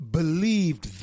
believed